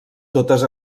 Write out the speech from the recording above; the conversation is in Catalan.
totes